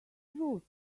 ruth